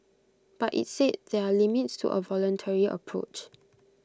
but IT said there are limits to A voluntary approach